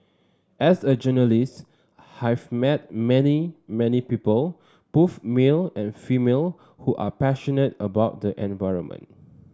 as a journalist have met many many people both male and female who are passionate about the environment